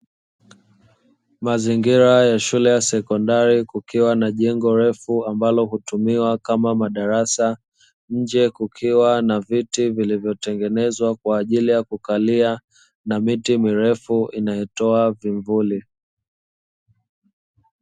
Mazingira ya shule ya sekondari kukiwa na jengo refu ambalo hutumiwa kama madarasa, nje kukiwa na viti vilivyotengenezwa kwa ajili ya kukalia, na mti mirefu inayotoa vimvuli.